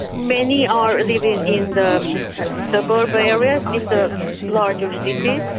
many are living in the suburb areas, in the larger cities.